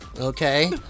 Okay